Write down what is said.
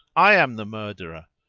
i am the murderer,